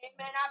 Amen